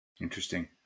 Interesting